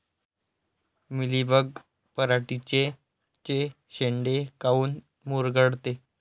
Mealybug पराटीचे चे शेंडे काऊन मुरगळते?